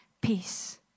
peace